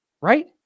right